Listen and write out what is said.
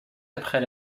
après